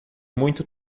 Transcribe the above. muito